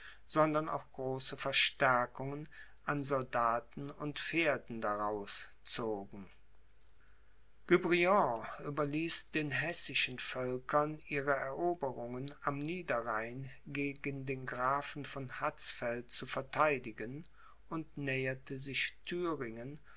sondern auch große verstärkungen an soldaten und pferden daraus zogen guebriant überließ den hessischen völkern ihre eroberungen am niederrhein gegen den grafen von hatzfeld zu vertheidigen und näherte sich